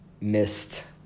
missed